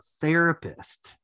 therapist